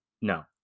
no